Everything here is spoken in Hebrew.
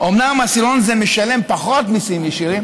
אומנם עשירון זה משלם פחות מיסים ישירים.